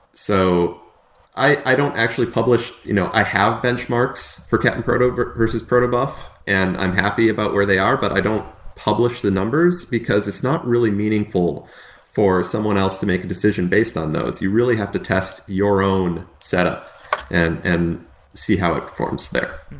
so i don't actually publish you know i have benchmarks for cap'n proto versus proto buff and i'm happy about where they are, but i don't publish the numbers, because it's not really meaningful for someone else to make a decision based on those. you really have to test your own setup and and see how it performs there.